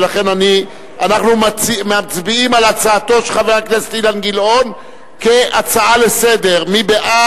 ולכן אנחנו מצביעים על הצעתו של חבר הכנסת אילן גילאון כהצעה לסדר-היום.